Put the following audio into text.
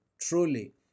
truly